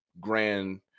grand